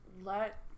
let